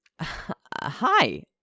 Hi